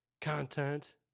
content